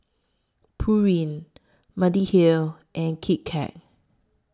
Pureen Mediheal and Kit Kat